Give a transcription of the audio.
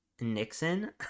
Nixon